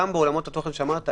גם בעולמות התוכן שהזכרת,